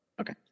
okay